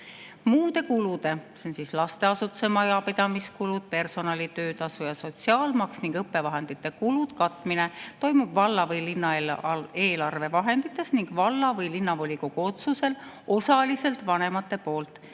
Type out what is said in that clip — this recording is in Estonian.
"Muude kulude (lasteasutuse majandamiskulud, personali töötasu ja sotsiaalmaks ning õppevahendite kulud) katmine toimub valla- või linnaeelarve vahenditest ning valla- või linnavolikogu otsusel osaliselt vanemate poolt.